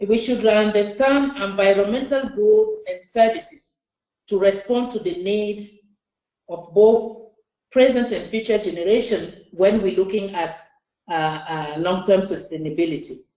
and we should learn there's some environmental goods and services to respond to the need of both present and future generations when we're looking at long term sustainability.